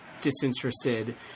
disinterested